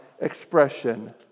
expression